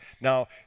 Now